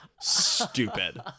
stupid